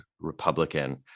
Republican